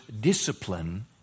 discipline